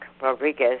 Rodriguez